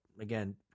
again